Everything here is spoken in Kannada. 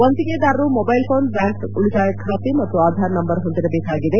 ವಂತಿಗೆದಾರರು ಮೊಬ್ನೆಲ್ ಫೋನ್ ಬ್ನಾಂಕ್ ಉಳಿತಾಯ ಬಾತೆ ಮತ್ತು ಆಧಾರ್ ನಂಬರ್ ಹೊಂದಿರಬೇಕಾಗಿದೆ